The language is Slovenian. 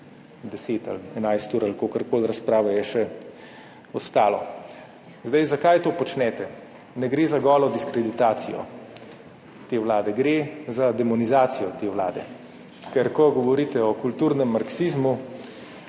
naslednjih 10, 11 ali kakorkoli ur razprave je še ostalo. Zakaj to počnete? Ne gre za golo diskreditacijo te vlade, gre za demonizacijo te vade, ker ko govorite o kulturnem marksizmu,